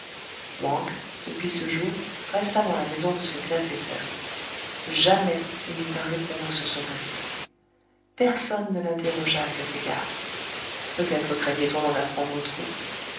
depuis ce jour resta dans la maison de son bienfaiteur jamais il n'eut à répondre sur son passé personne ne l'interrogea à cet égard peut-être craignait on d'en apprendre trop